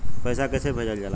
पैसा कैसे भेजल जाला?